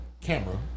camera